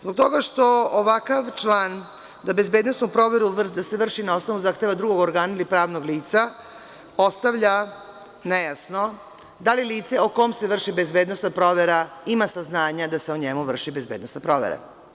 Zbog toga što ovakav član, da se bezbednosna provera vrši na osnovu zahteva drugog organa ili pravnog lica, ostavlja nejasno da li lice o kome se vrši bezbednosna provera ima saznanja da se o njemu vrši bezbednosna provera.